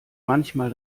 manchmal